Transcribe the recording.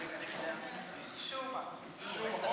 תגידי כמו שצריך: